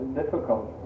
difficult